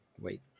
wait